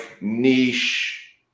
niche